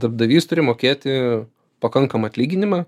darbdavys turi mokėti pakankamą atlyginimą